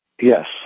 Yes